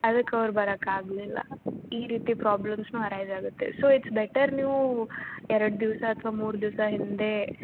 ಅದಕ್ಕೆ ಅವ್ರು ಬರಕ್ಕೆ ಆಗಲಿಲ್ಲ ಈ ರೀತಿ ಪ್ರಾಬ್ಲಮ್ಸ್ನು ಅರೈಸ್ ಆಗುತ್ತೆ ಸೊ ಇಟ್ಸ್ ಬೆಟರ್ ನೀವು ಎರಡು ದಿವಸ ಅಥವಾ ಮೂರು ದಿವಸ ಹಿಂದೆ